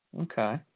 Okay